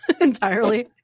Entirely